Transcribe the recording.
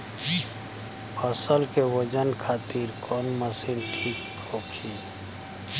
फसल के वजन खातिर कवन मशीन ठीक होखि?